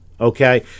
okay